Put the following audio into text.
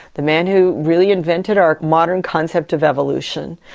the man who really invented our modern concept of evolution,